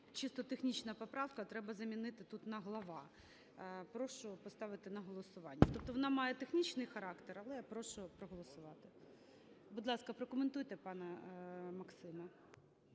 чисто технічна поправка, треба замінити тут на "глава". Прошу поставити на голосування. Тобто вона має технічний характер, але я прошу проголосувати. Будь ласка, прокоментуйте пане Максиме.